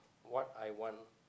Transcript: what I want